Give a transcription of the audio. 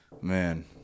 man